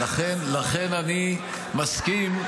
לכן אני מסכים,